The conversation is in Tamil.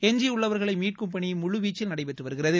எஞ்சியுள்ளவா்களை மீட்கும் பணி முழுவீச்சில் நடைபெற்று வருகிறது